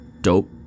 Dope